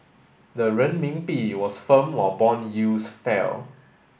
the Renminbi was firm while bond yields fell